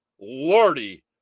Lordy